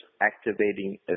activating